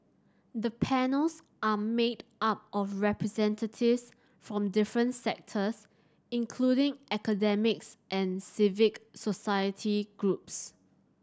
the panels are made up of representatives from different sectors including academics and civic society groups